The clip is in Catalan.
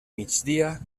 migdia